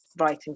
writing